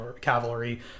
cavalry